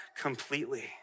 completely